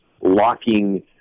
locking